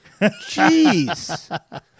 Jeez